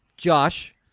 Josh